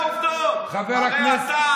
לא, הכול טוב, כשאין לכם מה לענות, אמסלם מקלל.